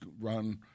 run